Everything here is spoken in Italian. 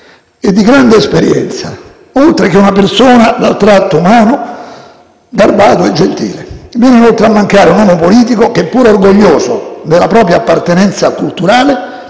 e di grande esperienza, oltre che una persona dal tratto umano garbato e gentile. Viene inoltre a mancare un uomo politico che, pure orgoglioso della propria appartenenza culturale,